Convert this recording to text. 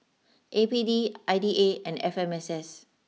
A P D I D A and F M S S